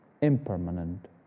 impermanent